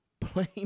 Plain